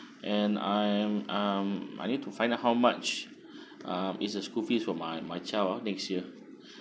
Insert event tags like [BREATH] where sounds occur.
and I um I need to find out how much [BREATH] um is the school fees for my my child ah next year